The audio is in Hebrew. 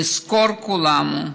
נזכור כולנו,